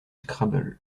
scrabble